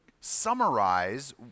summarize